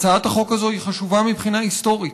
הצעת החוק הזאת היא חשובה מבחינה היסטורית.